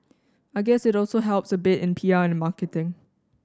I guess it also helps a bit in P R and marketing